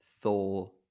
Thor